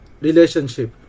relationship